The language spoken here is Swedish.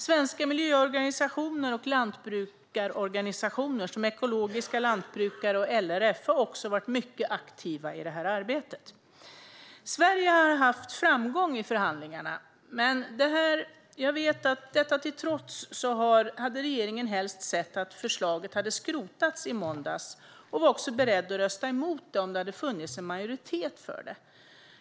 Svenska miljöorganisationer och lantbrukarorganisationer som Ekologiska Lantbrukarna och LRF har också varit mycket aktiva i arbetet. Sverige har haft framgång i förhandlingarna. Men jag vet att detta till trots hade regeringen helst sett att förslaget hade skrotats i måndags och var också beredd att rösta emot det om det funnits en majoritet för det.